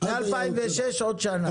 מ-2006 עוד שנה.